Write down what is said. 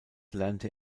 lernte